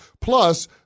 Plus